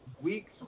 Weeks